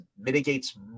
mitigates